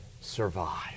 survive